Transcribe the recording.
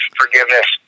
forgiveness